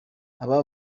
aba